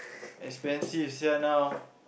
expensive sia now